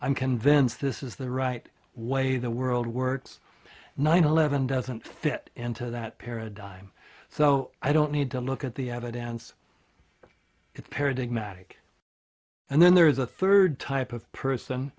i'm convinced this is the right way the world works nine eleven doesn't fit into that paradigm so i don't need to look at the evidence parodic matic and then there is a third type of person